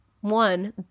one